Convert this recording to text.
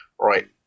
right